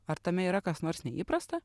ar tame yra kas nors neįprasta